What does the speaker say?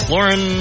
Lauren